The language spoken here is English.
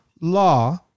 law